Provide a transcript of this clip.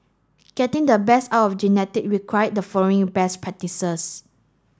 getting the best out of genetic require the following best practices